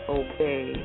obey